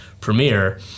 premiere